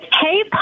Hey